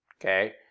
Okay